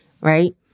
right